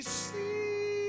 see